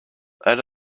out